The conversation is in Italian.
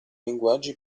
linguaggi